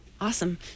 Awesome